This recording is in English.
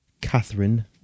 Catherine